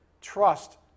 trust